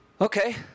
Okay